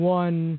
one